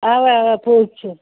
اَوا اَوا پوٚز چھُ